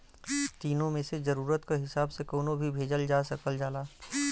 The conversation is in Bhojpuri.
तीनो मे से जरुरत क हिसाब से कउनो भी भेजल जा सकल जाला